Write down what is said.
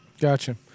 Gotcha